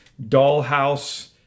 dollhouse